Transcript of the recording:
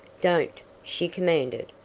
don't! she commanded,